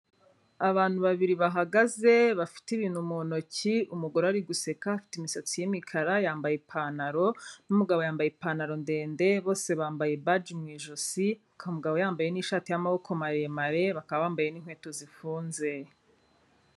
Abantu babiri bahagaze bafite ibintu mu ntoki, umugore ari guseka, afite imisatsi y'imikara, yambaye ipantaro n'umugabo yambaye ipantaro ndende bose bambaye baji mu ijosi, umugabo yambaye n'ishati y'amaboko maremare bakaba bambaye n'inkweto zifunze.